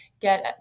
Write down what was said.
get